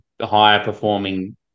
higher-performing